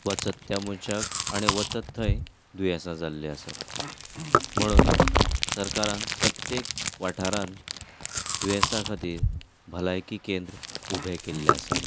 वचत त्या मनशाक आनी वचत थंय दुयेंसां जाल्ली आसा म्हणोन सरकारान प्रत्येक वाठारांन दुयेसां खातीर भलायकी केंद्र उबें केल्ले आसा